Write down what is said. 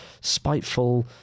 spiteful